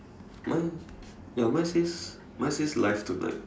mine ya mine says mine says live tonight